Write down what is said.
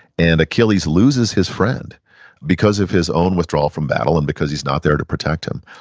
and achilles loses his friend because of his own withdrawal from battle, and because he's not there to protect him.